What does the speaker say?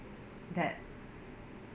that